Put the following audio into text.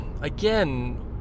again